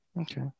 Okay